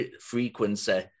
frequency